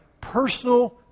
personal